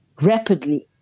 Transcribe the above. rapidly